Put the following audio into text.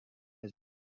has